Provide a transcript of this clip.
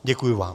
Děkuji vám.